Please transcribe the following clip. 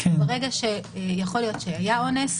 יכול להיות שהיה אונס,